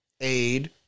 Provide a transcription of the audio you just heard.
aid